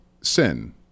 sin